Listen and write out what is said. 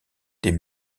des